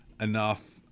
enough